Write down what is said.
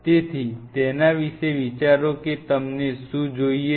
તેથી તેના વિશે વિચારો કે તમને શું જોઈએ છે